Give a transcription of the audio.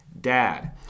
dad